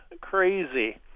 Crazy